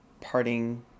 parting